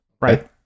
Right